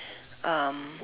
um